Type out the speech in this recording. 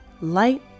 light